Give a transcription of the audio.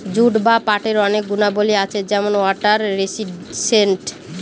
jute বা পাটের অনেক গুণাবলী আছে যেমন ওয়াটার রেসিস্টেন্ট